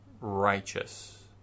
righteous